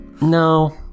No